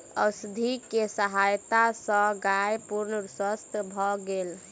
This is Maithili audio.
औषधि के सहायता सॅ गाय पूर्ण स्वस्थ भ गेल